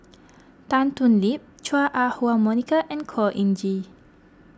Tan Thoon Lip Chua Ah Huwa Monica and Khor Ean Ghee